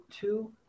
two